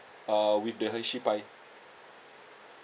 uh with the hershey pie